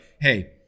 Hey